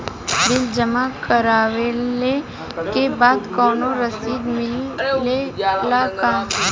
Bill जमा करवले के बाद कौनो रसिद मिले ला का?